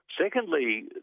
Secondly